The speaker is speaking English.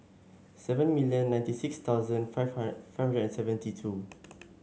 seven million ninety six thousand five hundred and seventy two